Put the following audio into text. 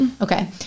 Okay